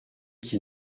qui